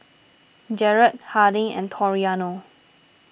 Jarred Harding and Toriano